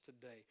today